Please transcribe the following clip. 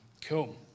Cool